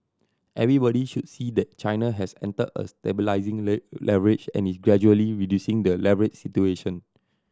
everybody should see that China has entered a stabilising leverage and is gradually reducing the leverage situation